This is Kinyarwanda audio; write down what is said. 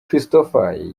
christopher